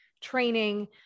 training